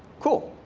cool.